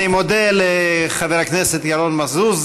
אני מודה לחבר הכנסת ירון מזוז,